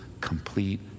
complete